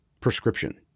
prescription